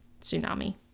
tsunami